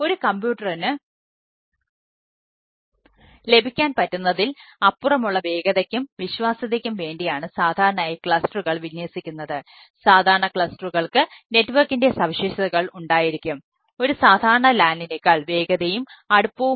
ഒരു കമ്പ്യൂട്ടറിന് ഉള്ളതും ആവും